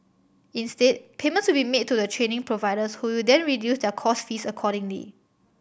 instead payments will be made to the training providers who will then reduce their course fees accordingly